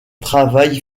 travail